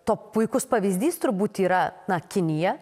to puikus pavyzdys turbūt yra na kinija